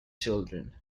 children